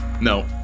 No